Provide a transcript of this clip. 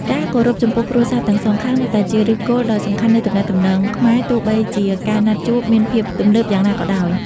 ការគោរពចំពោះគ្រួសារទាំងសងខាង នៅតែជាឫសគល់ដ៏សំខាន់នៃទំនាក់ទំនងខ្មែរ ទោះបីជាការណាត់ជួបមានភាពទំនើបយ៉ាងណាក៏ដោយ។